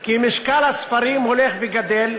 כי משקל הספרים הולך וגדל,